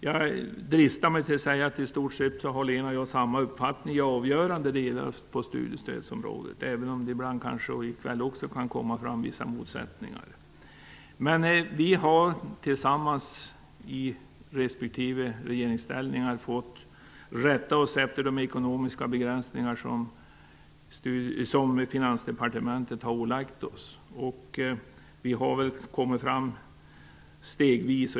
Jag dristar mig till att säga att Lena Öhrsvik och jag i stort sett har samma uppfattning i avgörande delar av studiestödsområdet, även om det ibland likväl också kan förekomma vissa motsättningar. Men vi har tillsammans under respektive regeringsställningar fått rätta oss efter de ekonomiska begränsningar som Finansdepartementet har ålagt oss. Vi har kommit fram stegvis.